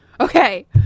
Okay